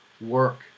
work